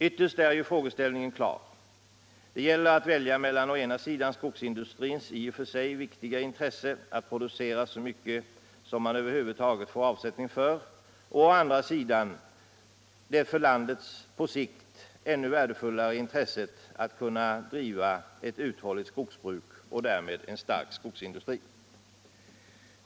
Ytterst är ju frågeställningen klar: det gäller att välja mellan å ena sidan skogsindustrins i och för sig viktiga intresse att producera så mycket som man över huvud får avsättning för och å andra sidan det för landet på sikt ännu värdefullare intresset att kunna driva ett uthålligt skogsbruk och därmed en stark skogsindustri.